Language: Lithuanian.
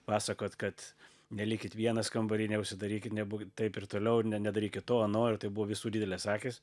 pasakot kad nelikit vienas kambary neužsidarykit nebūk taip ir toliau ir ne nedarykit to ano ir tai buvo visų didelės akys